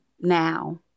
now